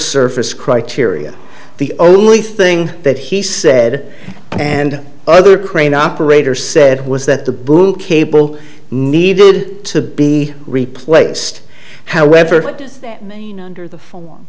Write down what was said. service criteria the only thing that he said and other crane operator said was that the blue cable needed to be replaced however it does mean under the form